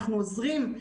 אנחנו עוזרים,